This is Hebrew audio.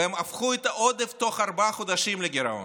והם הפכו את העודף תוך ארבעה חודשים לגירעון.